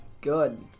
good